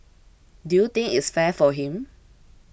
do you think its fair for him